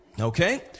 okay